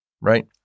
right